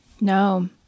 No